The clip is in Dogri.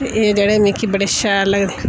ते एह् जेहड़े मिकी बडे़ शैल लगदे